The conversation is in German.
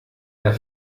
der